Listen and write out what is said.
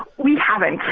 we haven't,